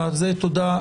לדיון.